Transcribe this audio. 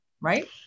right